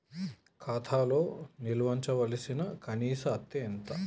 ఖాతా లో నిల్వుంచవలసిన కనీస అత్తే ఎంత?